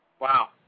Wow